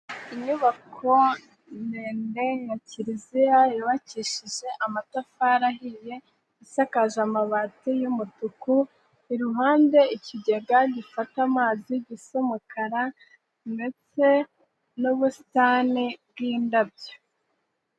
Inyubako ndende ya Kiliziya yubakishije amatafari ahiye. Isakaje amabati y'umutuku. Iruhande, ikigega gifata amazi cy'umukara ndetse n'ubusitani bw'indabyo.